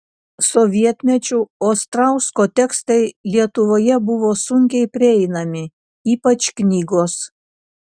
sovietmečiu ostrausko tekstai lietuvoje buvo sunkiai prieinami ypač knygos